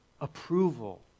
approval